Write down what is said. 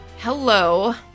Hello